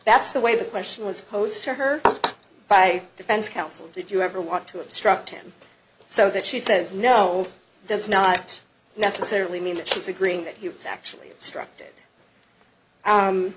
that's the way the question was posed to her by defense counsel did you ever want to obstruct him so that she says no does not necessarily mean that she's agreeing that he was actually obstr